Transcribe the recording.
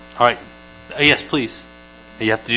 all right. ah yes, please yes,